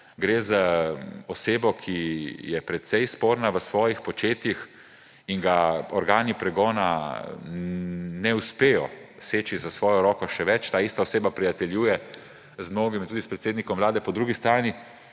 Gre za osebo, ki je precej sporna v svojih početjih in ga organi pregona ne uspejo seči s svojo roko. Še več, taista oseba prijateljuje z mnogimi, tudi s predsednikom Vlade, po drugi strani